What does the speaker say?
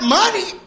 money